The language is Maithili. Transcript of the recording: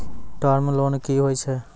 टर्म लोन कि होय छै?